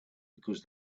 because